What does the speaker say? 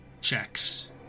checks